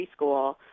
preschool